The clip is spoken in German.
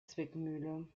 zwickmühle